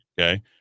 Okay